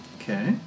Okay